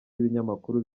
ibinyamakuru